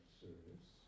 service